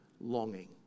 longing